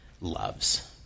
loves